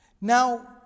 Now